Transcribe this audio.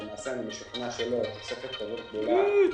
למעשה, אני משוכנע שלא תוספת כזאת גדולה